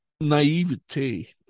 naivety